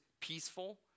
peaceful